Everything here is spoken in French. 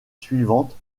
suivantes